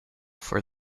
for